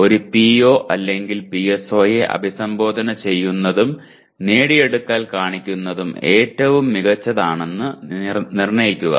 ഒരു പിഒ അല്ലെങ്കിൽ പിഎസ്ഒയെ അഭിസംബോധന ചെയ്യുന്നതും നേടിയെടുക്കൽ കണക്കാക്കുന്നതും ഏറ്റവും മികച്ചതാണെന്ന് നിർണ്ണയിക്കുക